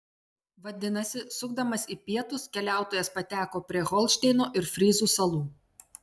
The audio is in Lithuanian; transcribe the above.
vadinasi sukdamas į pietus keliautojas pateko prie holšteino ir fryzų salų